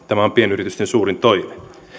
tämä on pienyritysten suurin toive